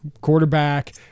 quarterback